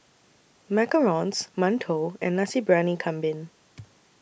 Macarons mantou and Nasi Briyani Kambing